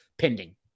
pending